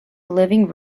living